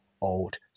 Old